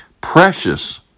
Precious